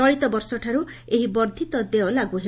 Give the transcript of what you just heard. ଚଳିତ ବର୍ଷଠାରୁ ଏହି ବର୍ଦ୍ଧିତ ଦେୟ ଲାଗୁ ହେବ